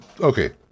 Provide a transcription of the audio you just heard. Okay